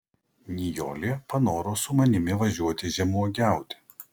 nijolė panoro su manimi važiuoti žemuogiauti